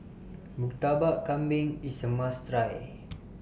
Murtabak Kambing IS A must Try